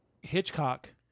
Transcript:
Hitchcock